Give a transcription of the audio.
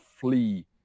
flee